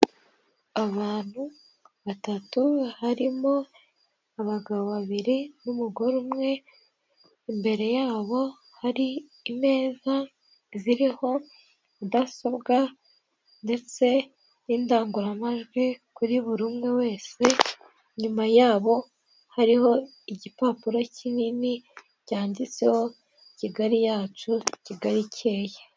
Abantu batatu harimo abagabo babiri n'umugore umwe, imbere yabo hari imeza ziriho mudasobwa ndetse n'indangururamajwi kuri buri umwe wese nyuma yabo hariho igipapuro kinini byanditseho Kigali yacu Kigali ikeya.